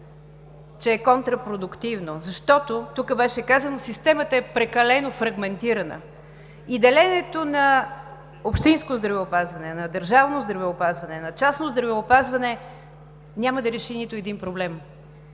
че е контрапродуктивно, защото, тук беше казано, системата е прекалено фрагментирана и деленото на общинско здравеопазване, на държавно здравеопазване, на частно здравеопазване няма да реши нито един проблем.